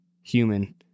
human